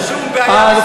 להר-הבית.